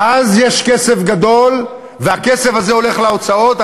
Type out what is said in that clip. אז יש כסף גדול, והכסף הזה ילך להוצאות.